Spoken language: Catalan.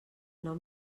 nom